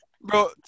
bro